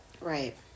Right